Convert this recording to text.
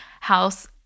house